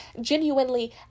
genuinely